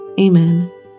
Amen